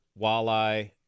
walleye